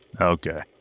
Okay